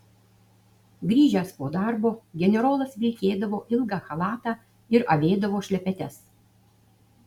grįžęs po darbo generolas vilkėdavo ilgą chalatą ir avėdavo šlepetes